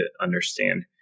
understand